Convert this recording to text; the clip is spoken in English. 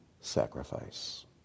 sacrifice